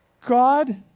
God